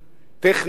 טכני כמעט.